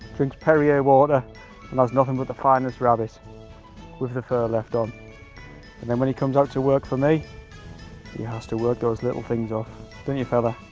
drinks perrier water and has nothing but the finest rabbit with the fur left on and and when he comes out to work for me he has to work those little things off don't you fellow.